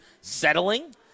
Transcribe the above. settling